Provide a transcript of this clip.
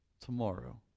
Tomorrow